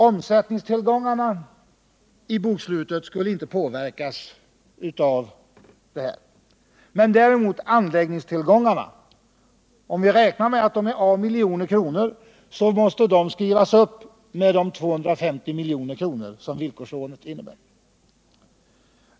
Omsättningstillgångarna i bokslutet skulle inte påverkas, men däremot anläggningstillgångarna. Vi kan räkna med att de är a milj.kr., och de måste skrivas upp med de 250 milj.kr. som erhålles i form av konvertibelt villkorslån.